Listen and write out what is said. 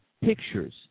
pictures